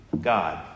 God